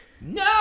no